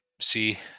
see